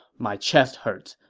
my chest hurts,